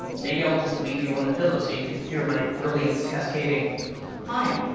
maybe i'll just leave you on the pillow so you can hear my brilliance cascading fine.